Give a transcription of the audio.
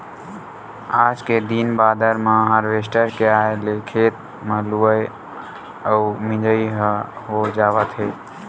आज के दिन बादर म हारवेस्टर के आए ले खेते म लुवई अउ मिजई ह हो जावत हे